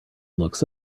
looks